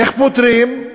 איך פותרים,